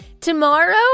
Tomorrow